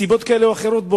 מסיבות כאלה ואחרות,